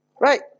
Right